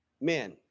men